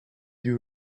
you